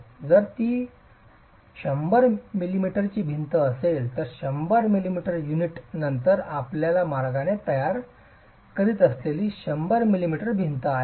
तर जर ती 100 मिमीची भिंत असेल 100 मिमी युनिट नंतर आपण या मार्गाने तयार करीत असलेली 100 मिमी भिंत आहे